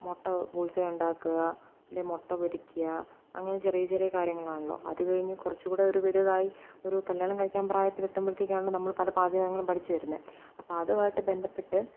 മുട്ട ബുൾസൈ ഉണ്ടാക്കുക അല്ലേ മുട്ട പൊരിക്കുക അങ്ങനെ ചെറിയ ചെറിയ കാര്യങ്ങളാണല്ലോ അതുകഴിഞ്ഞ് കുറച്ചും കൂടി ഒരു വലുതായി ഒരു കല്ല്യാണം കഴിക്കാൻ പ്രായത്തിലെത്തുമ്പോഴത്തേക്കാണല്ലോ നമ്മൾ പല പാചകങ്ങളും പഠിച്ചുവരുന്നത് അപ്പം അതുമായിട്ടു ബന്ധപ്പെട്ട്